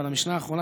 אבל המשנה האחרונה,